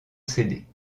céder